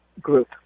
group